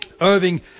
Irving